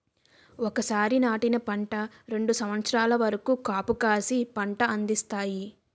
ఒకసారి నాటిన పంట రెండు సంవత్సరాల వరకు కాపుకాసి పంట అందిస్తాయి